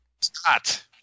Scott